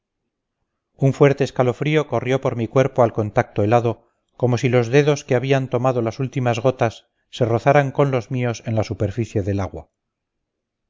un fuerte escalofrío corrió por mi cuerpo al contacto helado como si los dedos que habían tomado las últimas gotas se rozaran con los míos en la superficie del agua